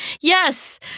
Yes